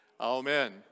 Amen